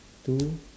two